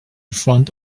front